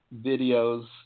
videos